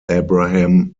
abraham